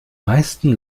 meisten